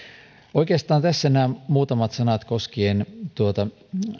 oikeastaan tässä nämä muutamat sanat koskien tuota